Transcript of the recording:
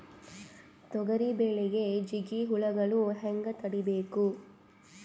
ತೊಗರಿ ಬೆಳೆಗೆ ಜಿಗಿ ಹುಳುಗಳು ಹ್ಯಾಂಗ್ ತಡೀಬೇಕು?